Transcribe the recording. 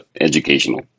educational